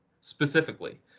specifically